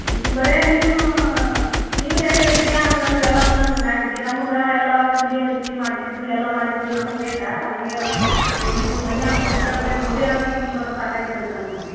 ಏನು ಬರೇ ನೀವು ನೀವು ಹೇಳ್ದ ರೇಟಿಗೆ ಹಂಗಂದ್ರೆ ಎಲ್ಲದಕ್ಕೆ ಅಂದ್ರೆ ಹೆಂಗೆ ರೀ ನಮ್ಗೆ ಎಲ್ಲ ಕೂಲಿ ಹಚ್ಚಿ ಮಾಡಿಸಿದ್ದು ಎಲ್ಲ ಮಾಡಿದ್ದು ನಮಗೆ ಬೇಕಾ ಮನೆಯಾರು ಹೋಗಿದ್ದು ಮನೆಯಾರು ಬಿಟ್ಟು ಬರೇ ಕೂಲಿಯೋರ್ದ ಕೂಲಿ ಬಂದ್ರೆ ಸಾಕಾಗಿರ್ತೈತೆ ನಮ್ಗೆ